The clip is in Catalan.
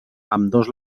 ambdós